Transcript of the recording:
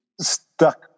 stuck